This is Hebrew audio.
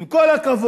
עם כל הכבוד,